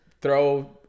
throw